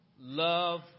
love